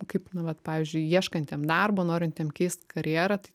kaip nu vat pavyzdžiui ieškantiem darbo norintiems keist karjerą tai